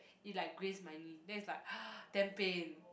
it like graze my knee then is like damn pain